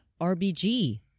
RBG